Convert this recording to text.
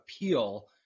appeal